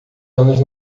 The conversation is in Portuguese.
anos